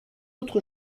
autre